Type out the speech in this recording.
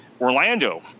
orlando